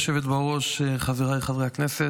גברתי היושבת בראש, חבריי חברי הכנסת,